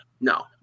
no